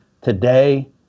Today